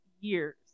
years